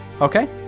okay